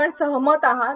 आपण सहमत आहात